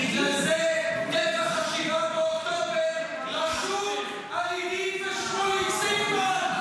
בגלל זה טבח 7 באוקטובר רשום על עידית ושמוליק סילמן.